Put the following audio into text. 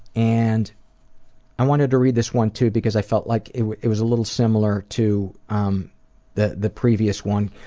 and i wanted to read this one, too, because i felt like it it was a little similar to um the the previous one.